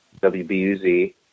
wbuz